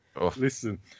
Listen